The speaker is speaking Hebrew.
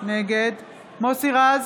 נגד מוסי רז,